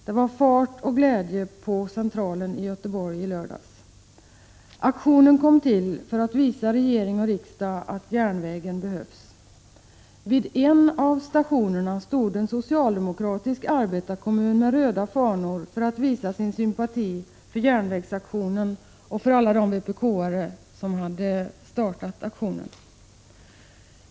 Det var fart och glädje på centralen i Göteborg i lördags. Aktionen kom till för att visa regering och riksdag att järnvägen behövs. Vid en av stationerna stod en socialdemokratisk arbetarkommun med röda fanor för att visa sin sympati för järnvägsaktionen och för alla de vpk-are som hade startat aktionen.